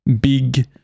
big